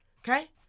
Okay